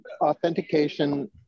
authentication